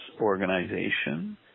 organization